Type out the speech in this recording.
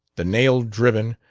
the nail, driven,